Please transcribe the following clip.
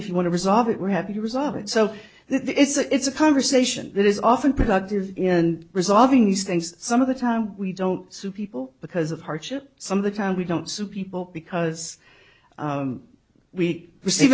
if you want to resolve it we're happy resolve it so it's a conversation that is often productive in and resolving these things some of the time we don't sue people because of hardship some of the time we don't sue people because we receive